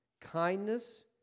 kindness